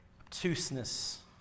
obtuseness